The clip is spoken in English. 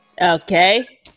Okay